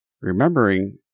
Remembering